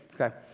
Okay